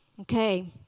Okay